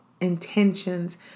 intentions